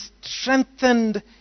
strengthened